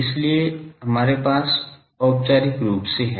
इसलिए हमारे पास औपचारिक रूप से है